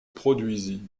produisit